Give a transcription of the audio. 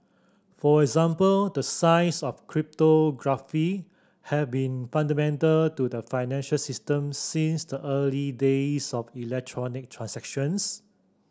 for example the science of cryptography have been fundamental to the financial system since the early days of electronic transactions